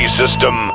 system